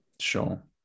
Sure